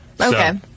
Okay